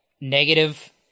negative